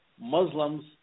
Muslims